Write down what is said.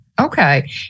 Okay